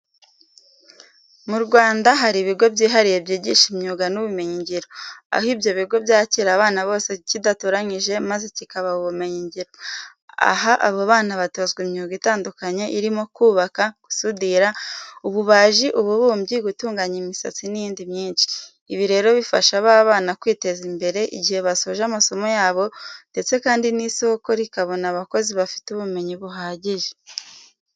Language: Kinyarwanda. Mu Rwanda hari ibigo byihariye byigisha imyuga n'ubumenyingiro, aho ibyo bigo byakira abana bose kidatoranyije maze kikabaha ubumenyingiro. Aha abo bana batozwa imyuga itandukanye irimo kubaka, gusudira, ububaji, ububumbyi, gutunganya imisatsi n'iyindi myinshi. Ibi rero bifasha ba bana kwiteza imbere igihe basoje amasomo yabo ndetse kandi n'isoko rikabona abakozi bafite ubumenyi buhagije.